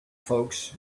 folks